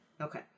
Okay